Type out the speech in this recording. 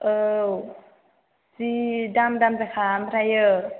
औ जि दाम दाम गोजाखा ओमफ्राय